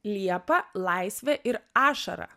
liepa laisvė ir ašara